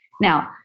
Now